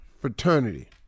fraternity